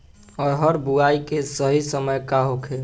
अरहर बुआई के सही समय का होखे?